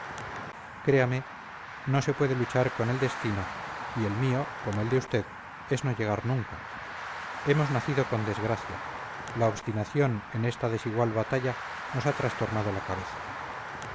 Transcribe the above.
créame no se puede luchar con el destino y el mío como el de usted es no llegar nunca hemos nacido con desgracia la obstinación en esta desigual batalla nos ha trastornado la cabeza